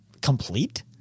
complete